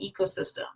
ecosystem